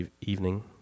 evening